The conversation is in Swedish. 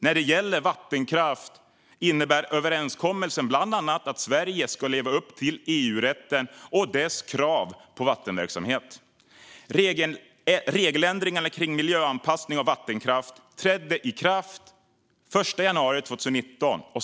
När det gäller vattenkraft innebär överenskommelsen bland annat att Sverige ska leva upp till EU-rätten och dess krav på vattenverksamhet. Regeländringarna gällande miljöanpassning av vattenkraft trädde i kraft den 1 januari 2019.